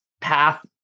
path